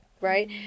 right